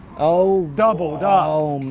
oh, double duck.